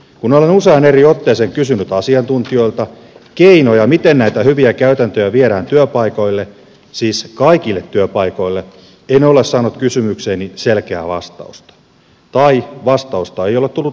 kun olen useaan eri otteeseen kysynyt asiantuntijoilta keinoja miten näitä hyviä käytäntöjä viedään työpaikoille siis kaikille työpaikoille en ole saanut kysymykseeni selkeää vastausta tai vastausta ei ole tullut lainkaan